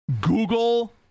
Google